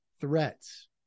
threats